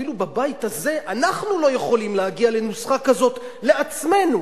אפילו בבית הזה אנחנו לא יכולים להגיע לנוסחה כזאת לעצמנו,